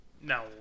No